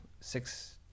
six